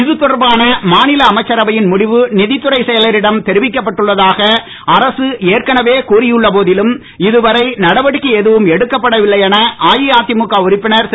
இது தொடர்பான மாநில அமைச்சரவையின் முடிவு நித்துறைச் செயலரிடம் தெரிவிக்கப்பட்டுள்ளதாக அரசு ஏற்கனவே கூறியுள்ள போதலும் இதுவரை நடவடிக்கை எதுவும் எடுக்கப்படவில்லை என அஇஅதிமுக உறுப்பினர் திரு